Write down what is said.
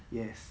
yes